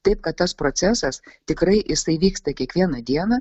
taip kad tas procesas tikrai jisai vyksta kiekvieną dieną